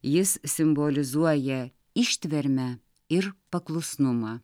jis simbolizuoja ištvermę ir paklusnumą